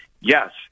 Yes